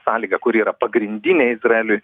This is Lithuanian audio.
sąlygą kuri yra pagrindinė izraeliui